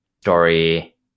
story